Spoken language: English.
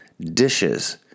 dishes